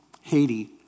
Haiti